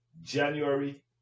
January